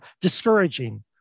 discouraging